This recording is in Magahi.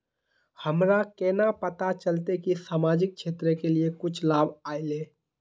हमरा केना पता चलते की सामाजिक क्षेत्र के लिए कुछ लाभ आयले?